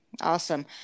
Awesome